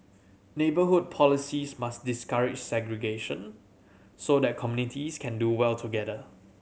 neighbourhood policies must discourage segregation so that communities can do well together